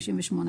58,